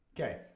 Okay